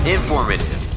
Informative